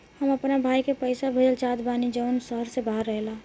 हम अपना भाई के पइसा भेजल चाहत बानी जउन शहर से बाहर रहेला